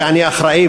ואני אחראי,